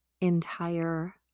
entire